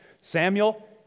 Samuel